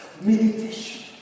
Meditation